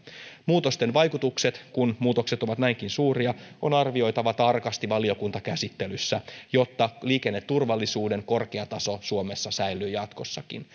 muutosten vaikutukset kun muutokset ovat näinkin suuria on arvioitava tarkasti valiokuntakäsittelyssä jotta liikenneturvallisuuden korkea taso suomessa säilyy jatkossakin